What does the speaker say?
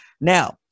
Now